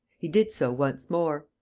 he did so once more.